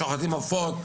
שוחטים עופות,